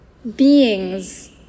Beings